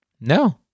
no